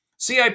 CIP